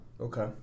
okay